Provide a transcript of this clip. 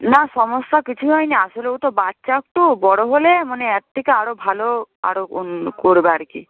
না সমস্যা কিছুই হয়নি আসলে ও তো বাচ্চা একটু বড় হলে মানে এর থেকে আরো ভালো আরো অন্য করবে আর কি